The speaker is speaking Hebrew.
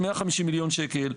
150,000,000 שקל.